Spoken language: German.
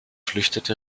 flüchtete